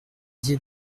dié